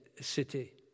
city